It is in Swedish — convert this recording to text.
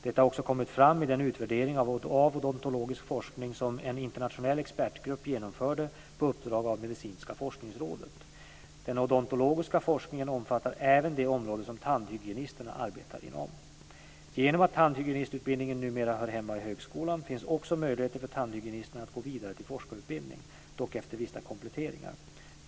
Detta har också kommit fram i den utvärdering av odontologisk forskning som en internationell expertgrupp genomfört på uppdrag av Medicinska forskningsrådet. Den odontologiska forskningen omfattar även det område som tandhygienisterna arbetar inom. Genom att tandhygienistutbildningen numera hör hemma i högskolan finns också möjligheter för tandhygienisterna att gå vidare till forskarutbildning, dock efter vissa kompletteringar.